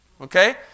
okay